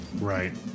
Right